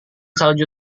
salju